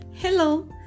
Hello